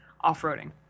off-roading